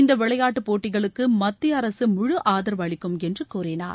இந்த விளையாட்டுப் போட்டிகளுக்கு மத்திய அரசு முழுஆதரவு அளிக்கும் என்று கூறினார்